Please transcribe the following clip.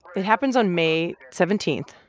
it happens on may seventeen,